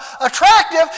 attractive